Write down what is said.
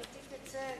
גברתי תצא,